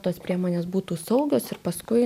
tos priemonės būtų saugios ir paskui